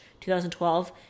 2012